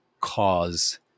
cause